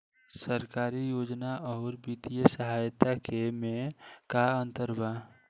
सरकारी योजना आउर वित्तीय सहायता के में का अंतर बा?